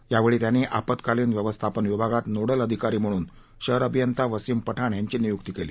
यावेळी त्यांनी आपत्कालीन व्यवस्थापन विभागात नोडल अधिकारी म्हणून शहर अभियंता वसीम पठाण यांची नियूक्ती केली